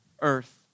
earth